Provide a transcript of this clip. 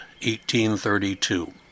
1832